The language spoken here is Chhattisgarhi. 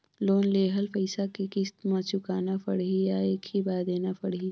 लोन लेहल पइसा के किस्त म चुकाना पढ़ही या एक ही बार देना पढ़ही?